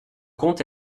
comte